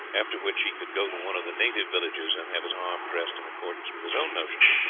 after which he could go to one of the native villages and have his arm dressed in accordance with his own notions.